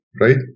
right